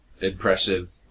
impressive